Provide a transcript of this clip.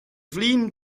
flin